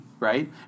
right